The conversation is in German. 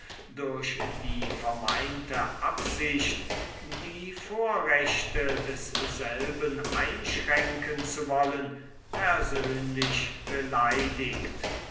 durch die vermeinte absicht die vorrechte desselben einschränken zu wollen persönlich beleidigt